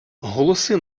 голоси